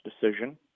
decision